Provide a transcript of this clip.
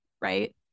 right